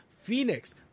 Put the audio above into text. Phoenix